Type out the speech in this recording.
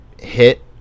hit